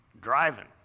driving